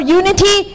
unity